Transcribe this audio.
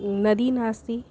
नदी नास्ति